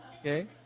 Okay